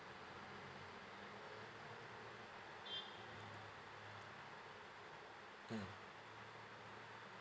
mm